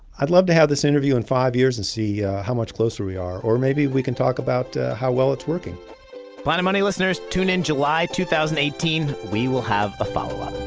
i'd love to have this interview in five years and see how much closer we are. or maybe we can talk about how well it's working planet money listeners, tune in july two thousand and eighteen. we will have a follow-up